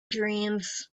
dreams